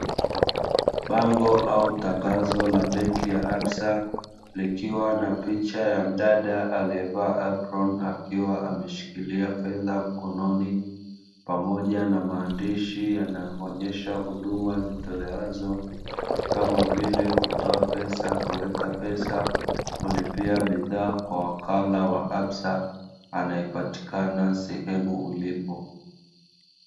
Bango au tangazo la benki ya "absa", likiwa na picha ya mdada aliyevaa aproni; akiwa ameshikilia fedha mkononi pamoja na maandishi yanayoonyesha huduma zitolewazo, kama vile: kutoa pesa, kuweka pesa, kulipia bidhaa kwa wakala wa absa anayepatikana sehemu ulipo.